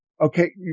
Okay